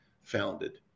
founded